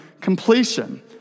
completion